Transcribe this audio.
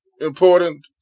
important